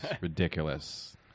ridiculous